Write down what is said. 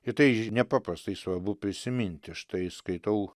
ir tai nepaprastai svarbu prisiminti štai skaitau